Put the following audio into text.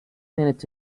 minutes